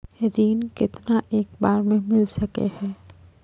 ऋण केतना एक बार मैं मिल सके हेय?